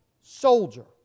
soldier